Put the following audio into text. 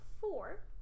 four